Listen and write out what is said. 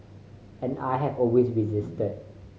and I have always resisted